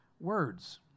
words